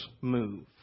move